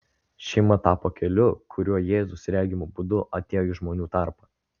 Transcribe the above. šeima tapo keliu kuriuo jėzus regimu būdu atėjo į žmonių tarpą